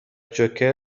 جوکر